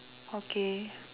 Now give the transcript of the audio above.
okay